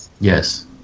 Yes